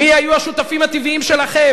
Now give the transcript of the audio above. מי היו השותפים הטבעיים שלכם?